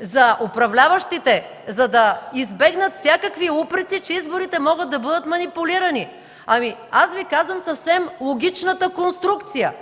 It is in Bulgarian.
за управляващите, за да избегнат всякакви упреци, че изборите могат да бъдат манипулирани. Ами, аз Ви казвам съвсем логичната конструкция: